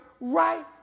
right